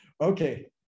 Okay